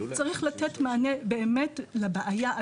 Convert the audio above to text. צריך לתת מענה באמת לבעיה עצמה.